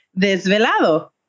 Desvelado